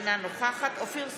אינה נוכחת אופיר סופר,